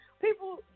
people